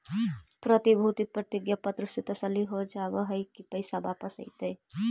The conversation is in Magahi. प्रतिभूति प्रतिज्ञा पत्र से तसल्ली हो जावअ हई की पैसा वापस अइतइ